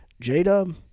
J-Dub